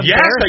Yes